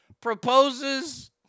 proposes